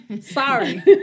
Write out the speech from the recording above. Sorry